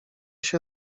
się